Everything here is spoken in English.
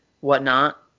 whatnot